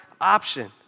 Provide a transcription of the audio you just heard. option